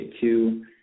two